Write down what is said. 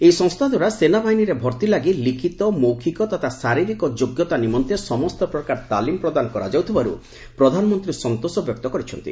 ଏହି ସଂସ୍ଥା ଦ୍ୱାରା ସେନା ବାହିନୀରେ ଭର୍ତ୍ତି ଲାଗି ଲିଖିତ ମୌଖିକ ତଥା ଶାରୀରିକ ଯୋଗ୍ୟତା ନିମନ୍ତେ ସମସ୍ତ ପ୍ରକାର ତାଲିମ ପ୍ରଦାନ କରାଯାଉଥିବାରୁ ପ୍ରଧାନମନ୍ତ୍ରୀ ସନ୍ତୋଷ ବ୍ୟକ୍ତ କରିଛନ୍ତି